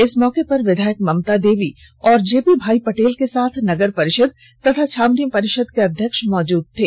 इस मौके पर विधायक ममता देवी और जेपी भाई पटेल के साथ नगर परिषद एवं छावनी परिषद के अध्यक्ष मौजद थे